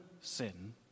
sin